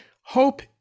hope